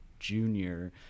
junior